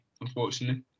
unfortunately